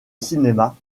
cinéma